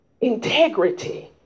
Integrity